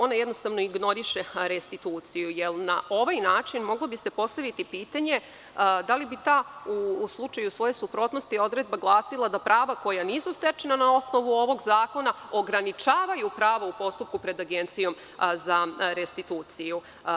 Ona jednostavno ignoriše restituciju, jer na ovaj način moglo bi se postaviti pitanje da li bi ta, u slučaju svoje suprotnosti, odredba glasila da prava koja nisu stečena na osnovu ovog zakona, ograničavaju pravo u postupku pred Agencijom za restituciju.